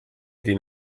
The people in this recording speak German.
die